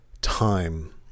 time